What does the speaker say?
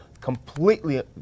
completely